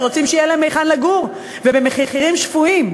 ורוצים שיהיה להם היכן לגור ובמחירים שפויים.